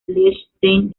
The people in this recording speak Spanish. liechtenstein